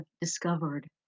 discovered